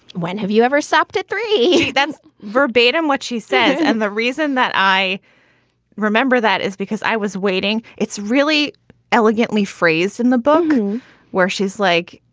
when have you ever stopped at three? that's verbatim what she said. and the reason that i remember that is because i was waiting. it's really elegantly phrased in the book where she's like,